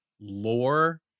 lore